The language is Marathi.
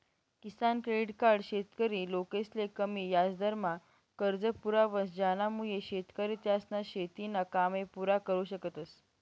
किसान क्रेडिट कार्ड शेतकरी लोकसले कमी याजदरमा कर्ज पुरावस ज्यानामुये शेतकरी त्यासना शेतीना कामे पुरा करु शकतस